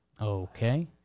Okay